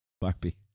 Barbie